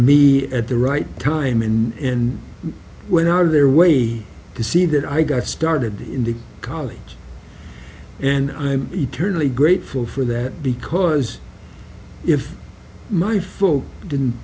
me at the right time and went out of their way to see that i got started in the college and i'm eternally grateful for that because if my folks didn't